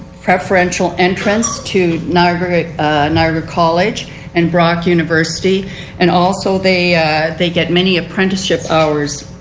preferential entrance to niagra niagra college and brock university and also they they get many apprenticeship hours.